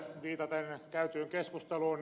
viitaten käytyyn keskusteluun